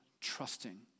trusting